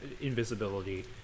Invisibility